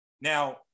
Now